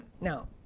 Now